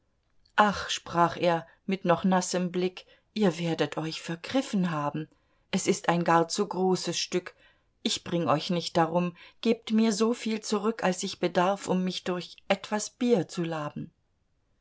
ach sprach er mit noch nassem blick ihr werdet euch vergriffen haben es ist ein gar zu großes stück ich bring euch nicht darum gebt mir so viel zurück als ich bedarf um mich durch etwas bier zu laben